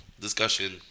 discussion